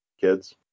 kids